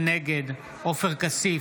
נגד עופר כסיף,